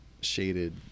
shaded